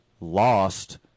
lost